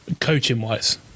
Coaching-wise